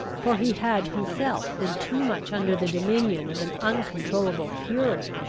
for he had himself been too much under the dominion of an uncontrollable fury,